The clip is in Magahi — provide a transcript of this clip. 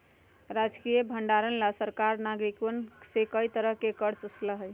राजकीय भंडार ला सरकार नागरिकवन से कई तरह के कर वसूला हई